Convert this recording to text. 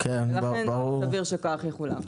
לכן סביר שכך יחולק.